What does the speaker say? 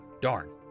Darn